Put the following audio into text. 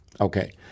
Okay